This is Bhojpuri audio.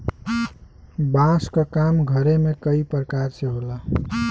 बांस क काम घरे में कई परकार से होला